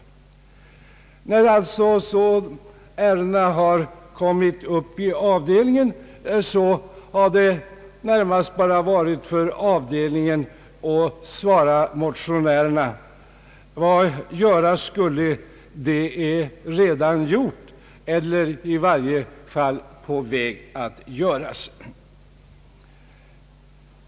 När ärendena kommit upp i avdelningen har det alltså närmast varit för avdelningen att svara motionärerna: Vad göras skulle är redan gjort eller i varje fall på väg att göras.